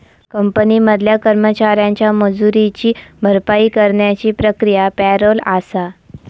company मधल्या कर्मचाऱ्यांच्या मजुरीची भरपाई करण्याची प्रक्रिया पॅरोल आसा